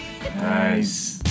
Nice